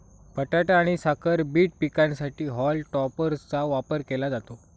बटाटा आणि साखर बीट पिकांसाठी हॉल टॉपरचा वापर केला जातो